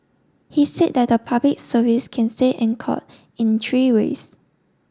he said that the Public Service can stay anchored in three ways